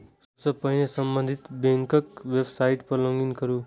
सबसं पहिने संबंधित बैंकक वेबसाइट पर लॉग इन करू